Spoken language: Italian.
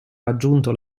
raggiunto